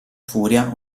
furia